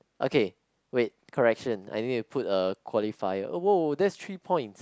okay wait correction I need to put a qualifier oh !woah! that's three points